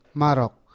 marok